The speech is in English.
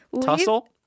tussle